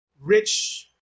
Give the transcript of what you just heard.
rich